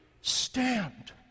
Stand